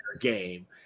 game